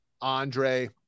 Andre